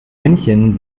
münchen